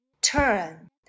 Turn